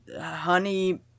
honey